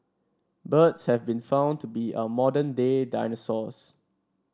birds have been found to be our modern day dinosaurs